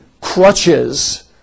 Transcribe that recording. crutches